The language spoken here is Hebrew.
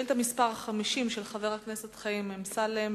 חבר הכנסת דוד אזולאי